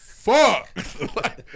Fuck